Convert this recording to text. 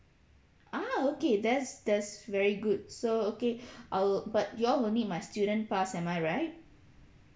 ah okay that's that's very good so okay I'll but you all will need my student pass am I right